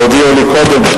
לא הודיעו לי קודם.